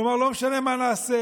כלומר, לא משנה מה נעשה.